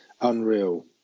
unreal